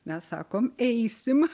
mes sakom eisim